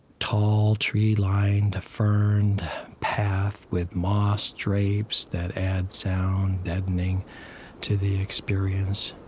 tall, tree-lined, ferned path with moss drapes that add sound-deadening to the experience,